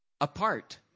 apart